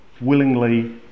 willingly